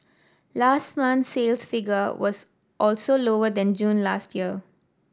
last month's sales figure was also lower than June last year